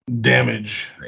damage